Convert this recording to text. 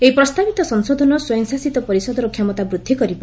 ଏହି ପ୍ରସ୍ତାବିତ ସଂଶୋଧନ ସ୍ୱୟଂ ଶାସିତ ପରିଷଦର କ୍ଷମତା ବୃଦ୍ଧି କରିବ